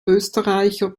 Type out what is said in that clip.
österreicher